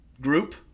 group